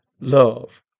love